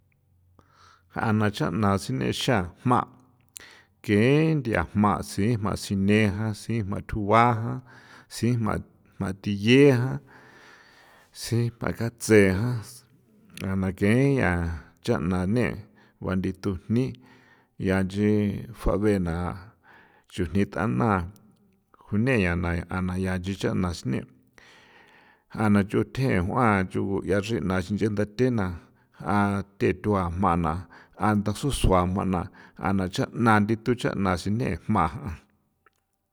Jaꞌana chaꞌna sine xaa jma geen nthia jma siijma sine jan siijma thua jan siijma thyie jan siijma katsejan nga na keekñian chana ne ba nditu jni yanchi faveꞌna chujni thaꞌna juné yiana jꞌana yanchi chaꞌna siné, jꞌana chute jꞌuan chugu yia xina sinchendathena jꞌa tetuꞌa jma na jꞌanda susua jmana jꞌana chaꞌna nditu chaꞌana siné jma jꞌan.